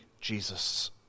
Jesus